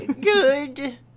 Good